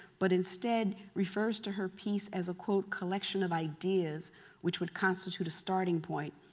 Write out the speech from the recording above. but instead refers to her piece as a quote collection of ideas which would constitute a starting point.